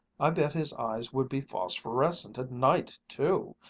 i bet his eyes would be phosphorescent at night too.